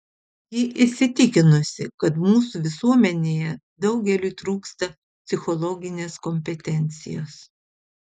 ji įsitikinusi kad mūsų visuomenėje daugeliui trūksta psichologinės kompetencijos